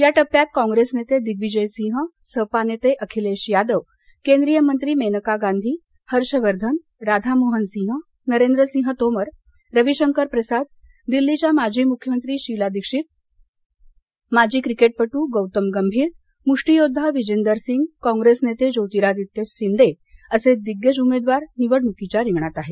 या टप्प्यात काँप्रेस नेते दिग्विजय सिंह सपा नेते अखिलेश यादव केंद्रीय मंत्री मेनका गाधी हर्षवर्धन राधामोहन सिंह नरेंद्रसिंह तोमर रवी शंकर प्रसाद दिल्लीच्या माजी मुख्यमंत्री शीला दीक्षित माजी क्रिकेटपटू गौतम गंभीर मुष्टीयोद्वा विजेंदर सिंग कॉग्रेस नेते ज्योतिरादित्य शिंदे असे दिग्गज उमेदवार निवडणुकीच्या रिंगणात आहेत